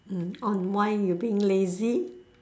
mm on why you're being lazy